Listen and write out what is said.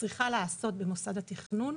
צריכה להיעשות במוסד התכנון,